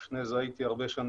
לפני זה הייתי בצבא,